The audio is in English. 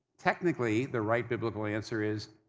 technically, the right biblical answer is,